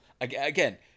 Again